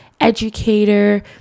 educator